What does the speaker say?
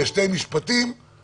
בשני משפטים, אז אני מסכים.